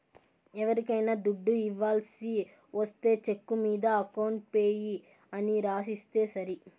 ఎవరికైనా దుడ్డు ఇవ్వాల్సి ఒస్తే చెక్కు మీద అకౌంట్ పేయీ అని రాసిస్తే సరి